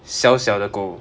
小小的狗